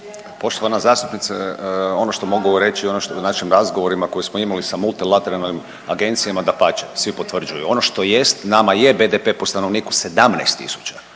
Poštovana zastupnice, ono što mogu reći ono što je u našim razgovorima koje smo imali sa multilateralnim agencijama dapače, svi potvrđuju. Ono što jest nama je BDP po stanovniku 17000.